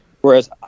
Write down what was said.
Whereas